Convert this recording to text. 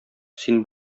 син